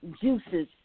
juices